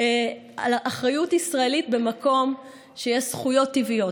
אחריות על ישראל במקום שיש זכויות טבעיות,